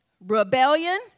rebellion